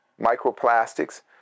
microplastics